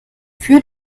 für